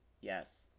Yes